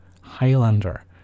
Highlander